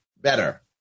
better